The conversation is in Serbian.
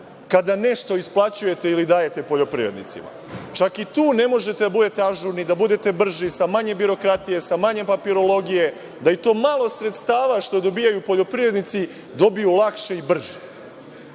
kada nešto isplaćujete ili dajete poljoprivrednicima. Čak i tu ne možete da budete ažurni i da budete brži, sa manje birokratije, sa manje papirologije, da i to malo sredstava što dobijaju poljoprivrednici dobiju lakše i brže.